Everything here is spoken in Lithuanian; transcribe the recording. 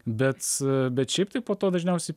bet bet šiaip tai po to dažniausiai